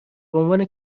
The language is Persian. بعنوان